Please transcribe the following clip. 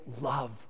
love